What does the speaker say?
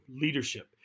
leadership